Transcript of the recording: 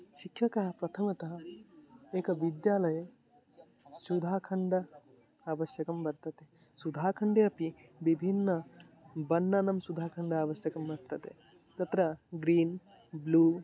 शिक्षकः प्रथमतः एकः विद्यालये सुधाखण्डः अवश्यकः वर्तते सुधाखण्डे अपि विभिन्नः वर्णः सुधाखणडः आवश्यकः वर्तते तत्र ग्रीन् ब्लु